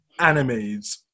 animes